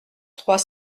trois